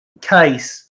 case